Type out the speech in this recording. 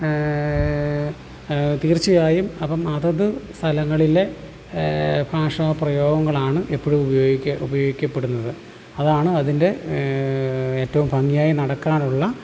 തീർച്ചയായും അപ്പം അതത് സ്ഥലങ്ങളിലെ ഭാഷാപ്രയോഗങ്ങളാണ് എപ്പോഴും ഉപയോഗിക്കുക ഉപയോഗിക്കപ്പെടുന്നത് അതാണ് അതിൻ്റെ ഏറ്റവും ഭംഗിയായി നടക്കാറുള്ള